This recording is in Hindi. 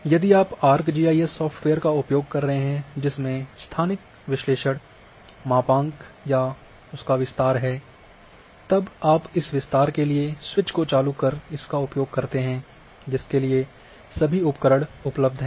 यदि आप आर्क जीआईएस सॉफ्टवेयर का उपयोग कर रहे हैं जिसमें स्थानिक विश्लेषण मापांक या उसका विस्तार है तब आप इस विस्तार के लिए स्विच को चालू कर इसका उपयोग करते हैं जिसके लिए सभी उपकरण उपलब्ध हैं